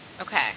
okay